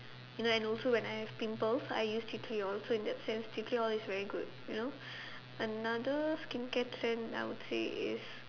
you know and also when I have pimples I use tea tree oil so in that sense tea tree oil is very good you know another skincare trend is